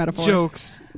Jokes